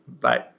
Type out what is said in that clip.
bye